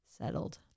settled